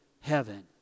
heaven